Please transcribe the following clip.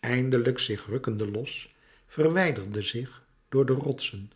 eindelijk zich rukkende los verwijderde zich door de rotsen